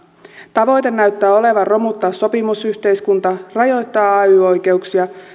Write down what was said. tavoite näyttää olevan romuttaa sopimusyhteiskunta rajoittaa ay oikeuksia